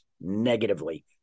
negatively